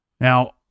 Now